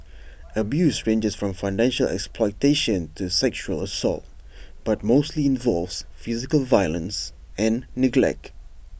abuse ranges from financial exploitation to sexual assault but mostly involves physical violence and neglect